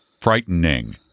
frightening